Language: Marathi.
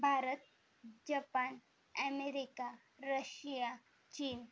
भारत जपान ॲमेरिका रशिया चीन